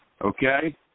Okay